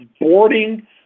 boarding